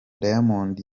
diamond